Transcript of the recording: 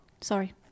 Sorry